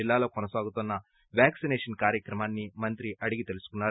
జిల్లాలో కొనసాగుతున్న వ్యాక్సినేషన్ కార్యక్రమాన్ని అడేగి తెలుసుకున్నారు